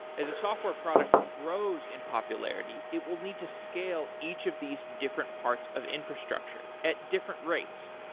as a software product grows in popularity, it will need to scale each of these different parts of infrastructure at different rates.